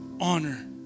honor